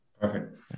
Perfect